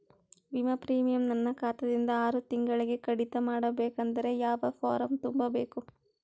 ವಿಮಾ ಪ್ರೀಮಿಯಂ ನನ್ನ ಖಾತಾ ದಿಂದ ಆರು ತಿಂಗಳಗೆ ಕಡಿತ ಮಾಡಬೇಕಾದರೆ ಯಾವ ಫಾರಂ ತುಂಬಬೇಕು?